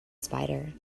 spider